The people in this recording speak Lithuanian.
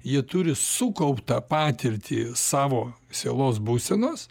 jie turi sukauptą patirtį savo sielos būsenos